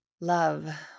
Love